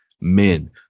men